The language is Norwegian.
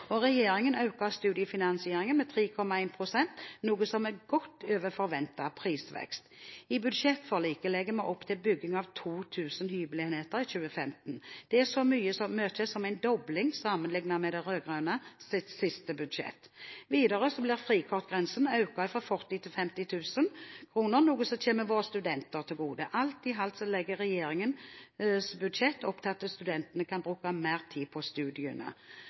statsbudsjett. Regjeringen øker studiefinansieringen med 3,1 pst., noe som er godt over forventet prisvekst. I budsjettforliket legger vi opp til bygging av 2 000 hybelenheter i 2015. Det er så mye som en dobling sammenlignet med de rød-grønnes siste budsjett. Videre blir frikortgrensen økt fra 40 000 til 50 000 kr, noe som kommer våre studenter til gode. Alt i alt legger regjeringens budsjett opp til at studentene kan bruke mer tid på studiene.